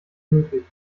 möglich